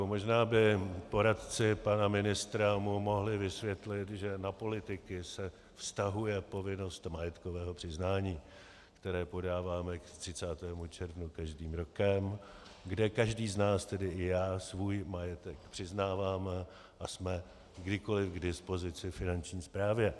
Možná by poradci pana ministra mu mohli vysvětlit, že na politiky se vztahuje povinnost majetkového přiznání, které podáváme k 30. červnu každým rokem, kde každý z nás, tedy i já, svůj majetek přiznáváme, a jsme kdykoli k dispozici Finanční správě.